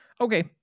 okay